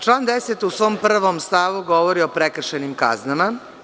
Član 10. u svom 1. stavu govori o prekršajnim kaznama.